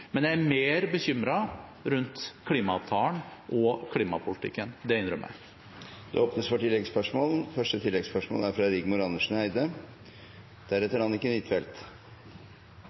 Jeg er mer bekymret for klimaavtalen og klimapolitikken, det innrømmer jeg. Det blir oppfølgingsspørsmål – først Rigmor Andersen Eide.